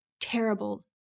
terrible